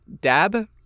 dab